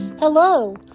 Hello